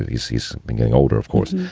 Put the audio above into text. he's he's been getting older, of course.